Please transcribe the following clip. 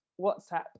WhatsApp